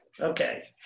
Okay